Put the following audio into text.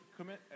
commit